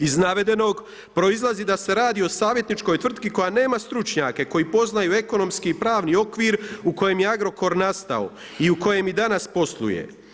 Iz navedenog proizlazi da se radi o savjetničkoj tvrtki koja nema stručnjake koji poznaju ekonomski i pravni okvir u kojem je Agrokor nastao i u kojem i danas posluje.